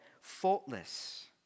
faultless